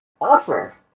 offer